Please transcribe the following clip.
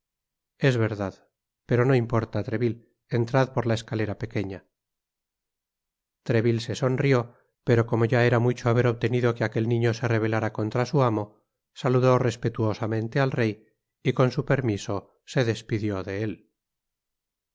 es verdad pero no importa treville entrad por la escalera pequeña treville se sonrió pero como ya era mucho haber obtenido que aquel niño se rebelára contra su amo saludó respetuosamente al rey y con su permiso se despidió de él